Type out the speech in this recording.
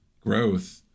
growth